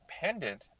dependent